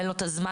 אין לו את הזמן,